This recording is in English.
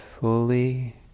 fully